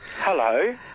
Hello